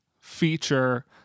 feature